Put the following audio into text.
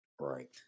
Right